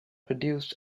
produced